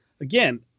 again